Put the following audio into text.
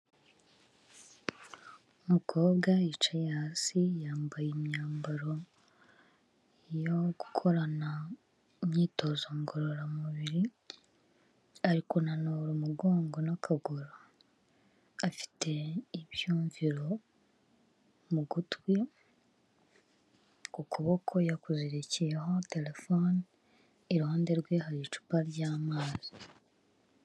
Umukobwa yicaye hasi yambaye imyambaro yo gukorana imyitozo ngororamubiri arikunanura umugongo n'akaguru, afite ibyumviro mu gutwi ku kuboko yakuzirikiyeho telefone iruhande rwe hari icupa ry'amazi.